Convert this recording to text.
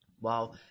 Wow